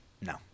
no